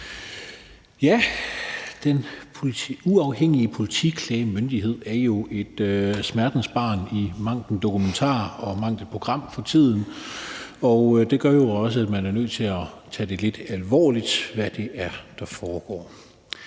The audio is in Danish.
Den Uafhængige Politiklagemyndighed er jo et smertensbarn i mangt en dokumentar og mangt et program for tiden, og det gør også, at man er nødt til tage det lidt alvorligt, hvad det er, der foregår.